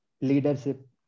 leadership